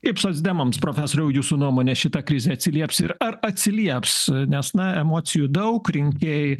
kaip socdemams profesoriau jūsų nuomone šita krizė atsilieps ir ar atsilieps nes na emocijų daug rinkėjai